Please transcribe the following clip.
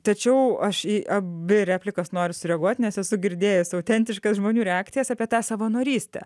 tačiau aš į abi replikas norisi reaguoti nes esu girdėjęs autentiškas žmonių reakcijas apie tą savanorystę